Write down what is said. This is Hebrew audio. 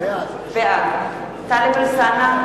בעד טלב אלסאנע,